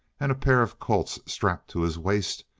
and a pair of colts strapped to his waist,